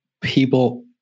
people